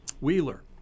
wheeler